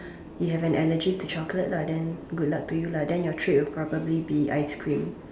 you have an allergy to chocolate lah then good luck to you lah then your treat will probably be ice cream